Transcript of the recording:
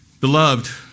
Beloved